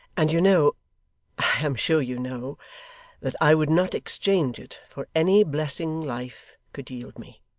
and you know i am sure you know that i would not exchange it for any blessing life could yield me